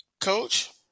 Coach